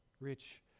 Rich